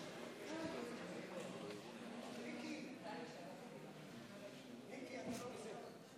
אני רוצה להגיד לך, מיקי, חבל שהיא לא פה.